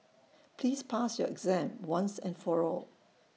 please pass your exam once and for all